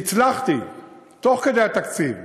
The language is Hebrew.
והצלחתי תוך כדי התקציב